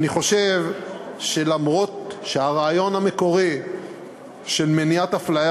אני חושב שאף שהרעיון המקורי של מניעת אפליה